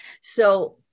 So-